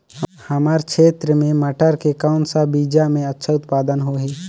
हमर क्षेत्र मे मटर के कौन सा बीजा मे अच्छा उत्पादन होही?